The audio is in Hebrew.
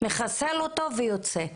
מחסל אותו ויוצא.